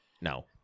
No